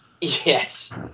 Yes